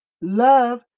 love